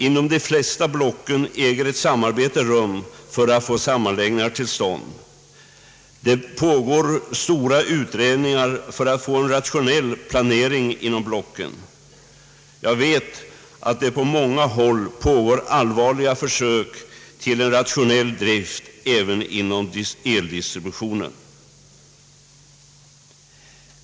Inom de flesta blocken äger ett samarbete rum för att få sammanläggningar till stånd. Det pågår stora utredningar för att få en rationell planering inom blocken. Jag vet att det på många håll pågår allvarliga försök till en rationell drift även inom eldistributionen.